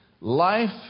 life